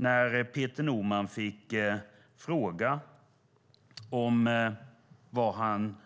När Peter Norman fick frågan om vad han